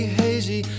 hazy